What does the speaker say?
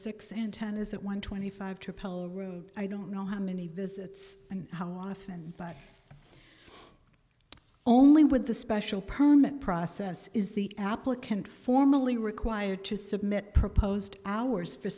six antennas at one twenty five i don't know how many visits and how often but only with the special permit process is the applicant formally required to submit proposed hours for